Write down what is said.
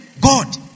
God